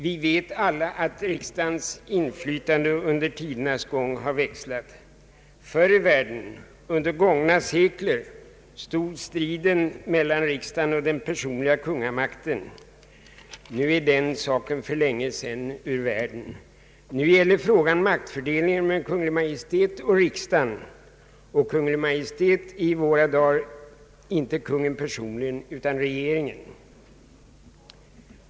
Vi vet alla att riks dagens inflytande under tidernas gång växlat. Förr i världen, under gångna sekler, stod striden mellan riksdagen och den personliga kungamakten. Nu är den striden för länge sedan ur världen. Nu gäller frågan maktfördelningen mellan Kungl. Maj:t och riksdagen, och Kungl. Maj:t i våra dagar är inte kungen personligen utan regeringen.